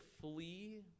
flee